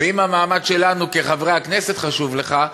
ואם המעמד שלנו כחברי הכנסת חשוב לך,